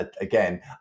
again